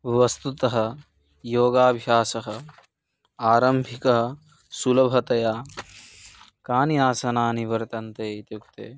वस्तुतः योगाभ्यासः आरम्भिक सुलभतया कानि आसनानि वर्तन्ते इत्युक्ते